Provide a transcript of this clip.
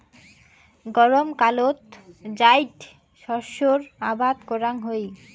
গরমকালত জাইদ শস্যের আবাদ করাং হই